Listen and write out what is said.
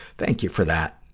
thank you for that.